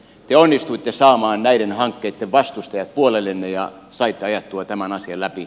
te onnistuitte saamaan näiden hankkeitten vastustajat puolellenne ja saitte ajettua tämän asian läpi